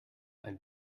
ein